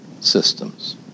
systems